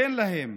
תן להם,